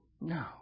No